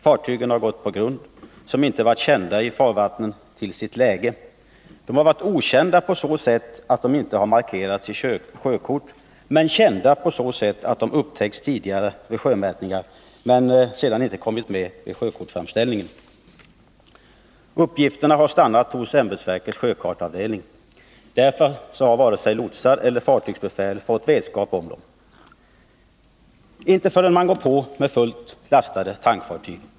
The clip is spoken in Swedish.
Fartygen har gått på grund, vilkas läge i farvattnen inte varit kända. Grunden har varit okända på så sätt att de inte har markerats i sjökorten men kända på så sätt att de har upptäckts vid sjömätningar; sedan har de dock inte kommit med vid sjökortsframställningen. Uppgifterna har stannat hos ämbetsverkets sjökarteavdelning. Därför har varken lotsar eller fartygsbefäl fått vetskap om dem — inte förrän man gått på med fullt lastade tankfartyg.